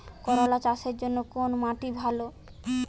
করলা চাষের জন্য কোন মাটি ভালো?